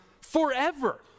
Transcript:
forever